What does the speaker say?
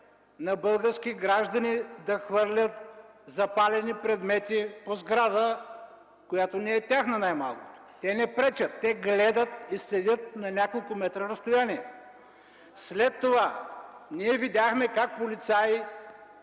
на български граждани да хвърлят запалени предмети по сграда, която най-малкото не е тяхна. Те не пречат, те гледат и следят на няколко метра разстояние. След това ние видяхме как полицаи